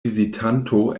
vizitanto